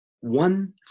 One